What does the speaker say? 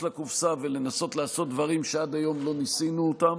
לקופסה ולנסות לעשות דברים שעד היום לא ניסינו אותם.